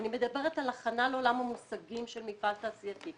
אני מדברת על הכנה לעולם המושגים של מפעל תעשייתי.